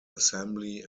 assembly